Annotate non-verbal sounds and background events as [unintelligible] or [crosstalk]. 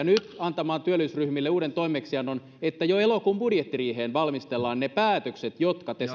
[unintelligible] nyt antamaan työllisyysryhmille uuden toimeksiannon että jo elokuun budjettiriiheen valmistellaan ne päätökset jotka te [unintelligible]